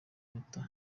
leta